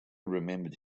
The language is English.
remembered